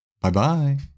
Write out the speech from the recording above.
Bye-bye